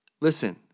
Listen